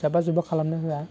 जाब्बा जुब्बा खालामनो होआ